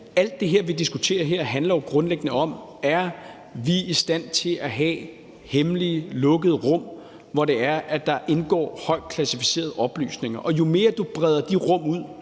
alt det, vi diskuterer her, jo grundlæggende handler om, om vi er i stand til at have hemmelige, lukkede rum, hvor der indgår højt klassificerede oplysninger. Jo mere du breder de rum ud